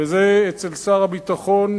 וזה אצל שר הביטחון